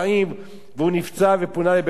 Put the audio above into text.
והוא נפצע ופונה לבית-החולים.